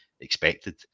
expected